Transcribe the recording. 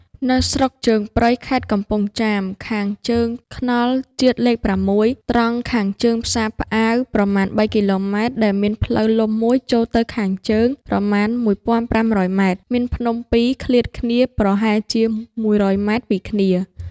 នៅស្រុកជើងព្រៃ ខេត្តកំពង់ចាម ខាងជើងថ្នល់ជាតិលេខ ៦ ត្រង់ខាងកើតផ្សារផ្អាវ ប្រមាណ ៣ គ.ម. ដែលមានផ្លូវលំ ១ ចូលទៅខាងជើង ប្រមាណ ១៥០០ ម. មានភ្នំពីរ ឃ្លាតគ្នាប្រហែលជា ១០០ ម. ពីគ្នា ។